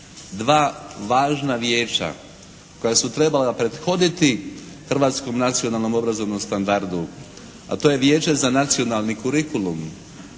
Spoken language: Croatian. Dva važna vijeća koja su trebala prethoditi hrvatskom nacionalnom obrazovnom standardu, a to je Vijeće za nacionalnu curicullum